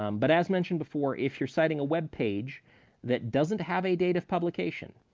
um but as mentioned before, if you're citing a webpage that doesn't have a date of publication,